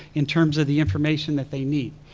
in terms of the information that they need.